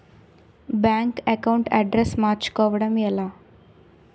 Bank account address మార్చుకోవడం ఎలా?